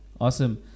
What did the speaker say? awesome